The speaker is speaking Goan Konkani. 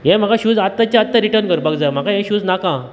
हे शूज म्हाका आत्ताच्या आत्ता रिर्टन करपाक जाय हे शूज म्हाका नाका